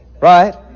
Right